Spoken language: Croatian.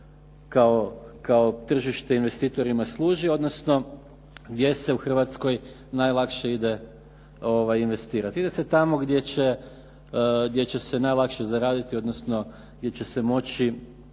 kao tržište investitorima služi odnosno gdje se u Hrvatskoj najlakše ide investirati. Ide se tamo gdje će se najlakše zaraditi odnosno gdje će se moći